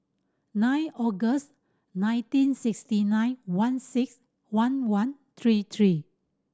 nine August nineteen sixty nine one six one one three three